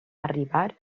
arribar